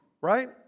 Right